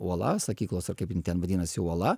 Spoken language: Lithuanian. uola sakyklos ar kaip ten vadinasi uola